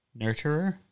nurturer